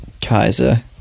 Kaiser